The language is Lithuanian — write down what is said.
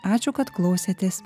ačiū kad klausėtės